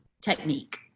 technique